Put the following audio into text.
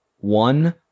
one